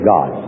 God